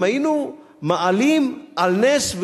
אם היינו מעלים על נס,